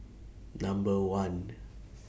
Number one